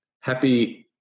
happy –